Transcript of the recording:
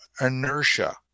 inertia